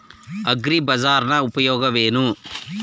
ಅಗ್ರಿಬಜಾರ್ ನ ಉಪಯೋಗವೇನು?